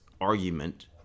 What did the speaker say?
argument